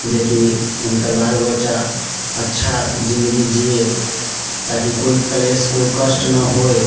जे कि हुनकर बाल बच्चा अच्छा जिन्दगी जियै ताकी कोइ कलेश कोइ कष्ट नहि होइ